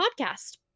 podcast